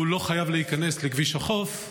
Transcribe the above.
הוא לא חייב להיכנס לכביש החוף,